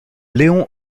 léon